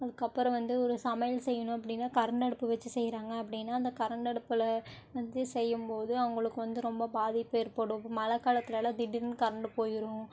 அதுக்கப்பறம் வந்து ஒரு சமையல் செய்யணும் அப்படின்னா கரண்டு அடுப்பு வச்சு செய்யுறாங்க அப்படின்னா அந்த கரண்டு அடுப்பில் வந்து செய்யும்போது அவங்களுக்கு வந்து ரொம்ப பாதிப்பு ஏற்படும் மழை காலத்திலலாம் திடீர்னு கரண்டு போயிடும்